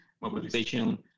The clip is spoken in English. mobilization